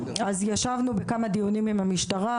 ישבנו בכמה דיונים עם המשטרה,